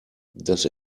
dass